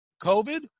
COVID